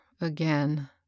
again